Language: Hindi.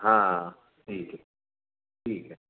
हाँ ठीक है ठीक है